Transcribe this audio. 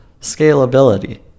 Scalability